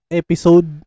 episode